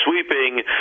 sweeping